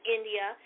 India